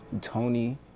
Tony